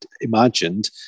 imagined